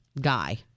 guy